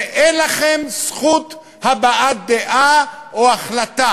ואין לכם זכות הבעת דעה או החלטה,